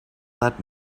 that